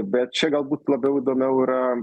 bet čia galbūt labiau įdomiau yra